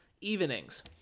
evenings